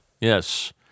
Yes